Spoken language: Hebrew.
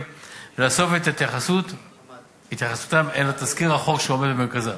ולאסוף את התייחסותם אל תזכיר החוק שעומד במרכזה.